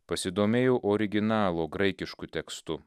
pasidomėjau originalo graikišku tekstu